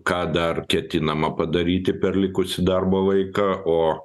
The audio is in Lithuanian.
ką dar ketinama padaryti per likusį darbo laiką o